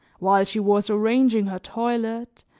while she was arranging her toilet,